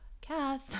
Cass